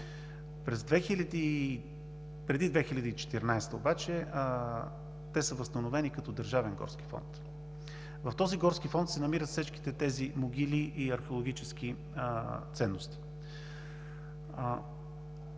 Преди 2014 г. обаче те са възстановени като държавен горски фонд. В този горски фонд се намират всичките тези могили и археологически ценности.